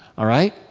alright?